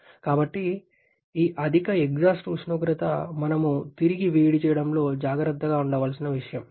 కాబట్టి ఈ అధిక ఎగ్జాస్ట్ ఉష్ణోగ్రత మనం తిరిగి వేడి చేయడంలో జాగ్రత్తగా ఉండవలసిన విషయం